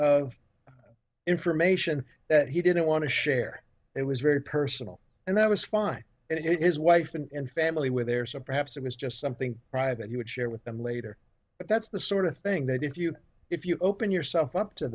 of information that he didn't want to share it was very personal and that was fine it is wife and family with their supper haps it was just something that you would share with them later but that's the sort of thing that if you if you open yourself up to